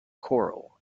coral